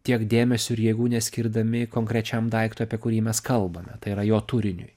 tiek dėmesio ir jėgų neskirdami konkrečiam daiktui apie kurį mes kalbame tai yra jo turiniui